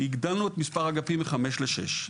הגדלנו את מספר האגפים מחמש לשש.